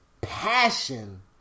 passion